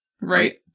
Right